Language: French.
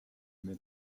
met